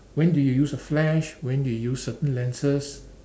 when do you use a flash when do you use the lenses